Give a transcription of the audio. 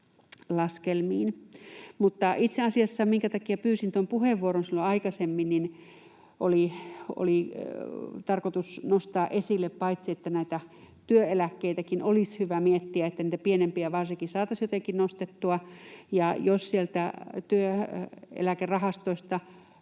laskelmiin. Itse asiassa syy, minkä takia pyysin puheenvuoron silloin aikaisemmin, on se, että oli tarkoitus nostaa esille paitsi se, että näitä työeläkkeitäkin olisi hyvä miettiä, niin että varsinkin niitä pienempiä saataisiin jotenkin nostettua, ja jos sieltä työeläkerahastoista